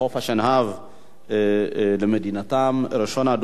ראשון הדוברים הוא חבר הכנסת דני דנון.